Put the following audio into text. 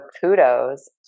kudos